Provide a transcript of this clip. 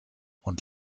und